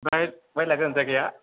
आमफ्राइ अहाय लागोन जायगाया